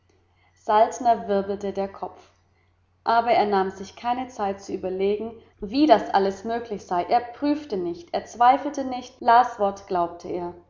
saltner wirbelte der kopf aber er nahm sich keine zeit zu überlegen wie das alles möglich sei er prüfte nicht er zweifelte nicht las wort glaubte er